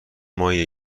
ماهی